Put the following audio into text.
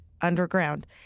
underground